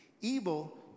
Evil